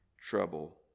trouble